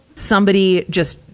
somebody just,